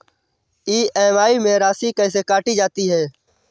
EMI में राशि कैसे काटी जाती है?